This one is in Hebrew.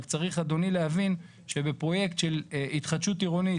רק צריך אדוני להבין שבפרויקט של התחדשות עירונית,